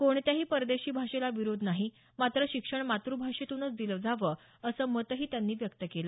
कोणत्याही परदेशी भाषेला विरोध नाही मात्र शिक्षण मात्रभाषेतून दिलं जावं असं मतही त्यांनी व्यक्त केलं